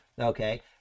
Okay